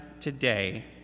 today